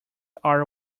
are